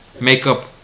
makeup